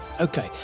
Okay